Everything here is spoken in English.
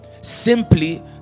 Simply